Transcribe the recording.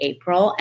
April